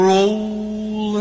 Roll